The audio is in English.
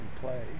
play